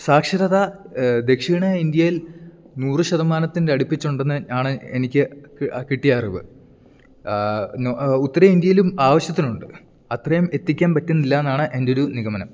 സാക്ഷരത ദക്ഷിണ ഇന്ത്യയിൽ നൂറ് ശതമാനത്തിൻറ്റെ അടുപ്പിച്ചുണ്ടെന്ന് ആണ് എനിക്ക് കിട്ടിയ അറിവ് ഉത്തര ഇന്ത്യയിലും ആവശ്യത്തിനുണ്ട് അത്രയും എത്തിക്കാൻ പറ്റുന്നില്ലയെന്നാണ് എൻറ്റെയൊരു നിഗമനം